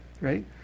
right